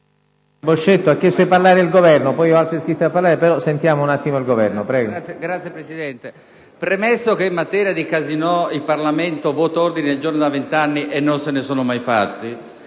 Signor Presidente, premesso che in materia di casinò il Parlamento vota ordini del giorno da vent'anni e non se ne sono mai fatti,